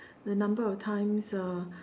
the number of times uh